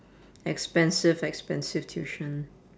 expensive expensive tuition